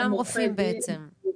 כולם רופאים בעצם.